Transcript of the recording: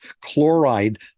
chloride